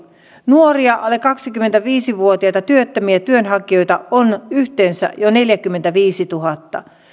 nuoria alle kaksikymmentäviisi vuotiaita työttömiä työnhakijoita on yhteensä jo neljäkymmentäviisituhatta